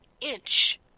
inch